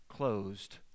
Closed